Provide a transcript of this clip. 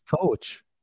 coach